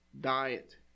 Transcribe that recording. diet